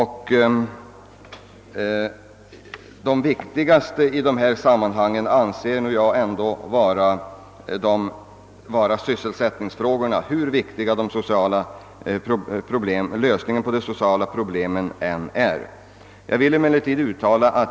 Hur viktig lösningen av dessa än är, anser jag dock att sysselsättningsfrågorna är de viktigaste.